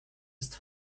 ist